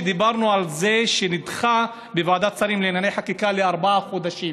דיברנו על זה שנדחה בוועדת שרים לענייני חקיקה ארבעה חודשים.